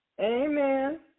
Amen